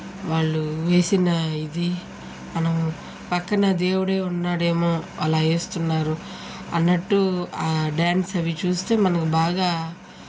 వాళ్ళు వేసిన ఇది మనం పక్కన దేవుడే ఉన్నాడేమో అలా వేస్తున్నారు అన్నట్టు ఆ డ్యాన్స్ అవి చూస్తే మనకు బాగా